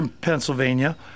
pennsylvania